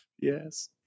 Yes